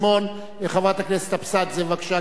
חברת הכנסת אבסדזה, בבקשה, גברתי.